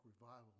revival